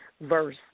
verse